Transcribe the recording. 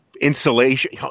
insulation